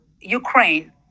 Ukraine